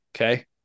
Okay